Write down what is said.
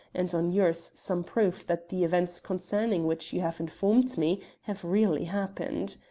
and on yours some proof that the events concerning which you have informed me have really happened.